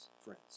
friends